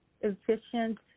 efficient